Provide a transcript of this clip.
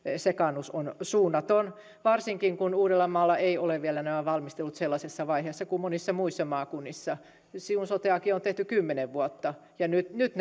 sekaannus on suunnaton varsinkin kun uudellamaalla eivät ole vielä nämä valmistelut sellaisessa vaiheessa kuin monissa muissa maakunnissa siun soteakin on tehty kymmenen vuotta ja nyt nyt